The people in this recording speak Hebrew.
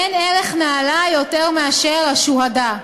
אין ערך נעלה יותר מאשר השהאדה.